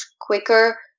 quicker